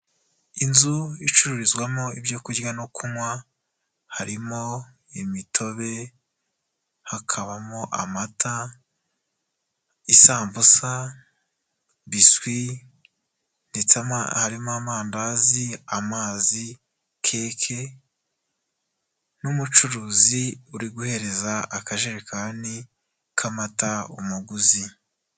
Inzu icururizwamo ibyo kurya n'ibyo kunywa, harimo imitobe, hakabamo amata, isambusa, biswi, harimo amandazi, amazi, keke n'umucuruzi uri guhereza akajerekani k'amata umuguzi.